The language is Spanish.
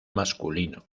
masculino